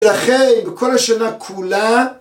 ולכן בכל השנה כולה